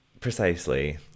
precisely